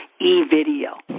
e-video